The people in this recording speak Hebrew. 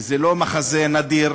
וזה לא מחזה נדיר,